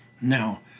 Now